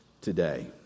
today